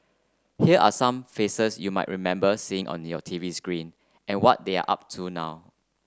here are some faces you might remember seeing on your T V screen and what they're up to now